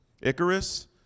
Icarus